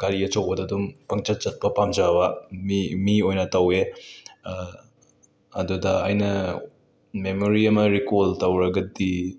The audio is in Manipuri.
ꯒꯥꯔꯤ ꯑꯆꯧꯕꯗ ꯑꯗꯨꯝ ꯄꯪꯆꯠ ꯆꯠꯄ ꯄꯥꯝꯖꯕ ꯃꯤ ꯃꯤ ꯑꯣꯏꯅ ꯇꯧꯋꯦ ꯑꯗꯨꯗ ꯑꯩꯅ ꯃꯦꯃꯣꯔꯤ ꯑꯃ ꯔꯤꯀꯣꯜ ꯇꯧꯔꯒꯗꯤ